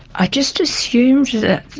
i just assumed that,